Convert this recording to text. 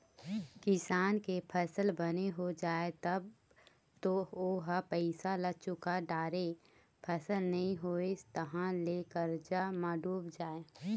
किसान के फसल बने हो जाए तब तो ओ ह पइसा ल चूका डारय, फसल नइ होइस तहाँ ले करजा म डूब जाए